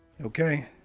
okay